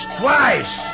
twice